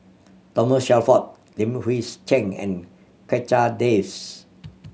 Thomas Shelford Li Hui's Cheng and Checha Davies